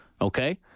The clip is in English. Okay